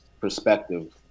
perspective